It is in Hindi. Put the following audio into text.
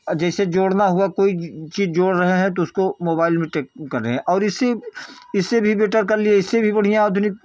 जैसे जोड़ना हुआ कोई चीज जोड़ रहे हैं तो उसको मोबाइल में टेप कर रहे हैं और इससे इससे भी बेटर कर लिए इससे भी बढ़िया